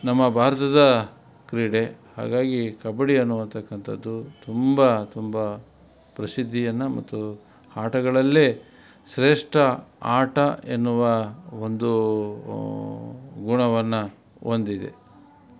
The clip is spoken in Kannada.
ನಮ್ಮ ಭಾರತದ ಕ್ರೀಡೆ ಹಾಗಾಗಿ ಕಬ್ಬಡಿ ಅನ್ನುವಂಥಕ್ಕಂಥದ್ದು ತುಂಬ ತುಂಬ ಪ್ರಸಿದ್ಧಿಯನ್ನು ಮತ್ತು ಆಟಗಳಲ್ಲೇ ಶ್ರೇಷ್ಠ ಆಟ ಎನ್ನುವ ಒಂದು ಗುಣವನ್ನು ಹೊಂದಿದೆ